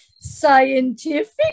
Scientific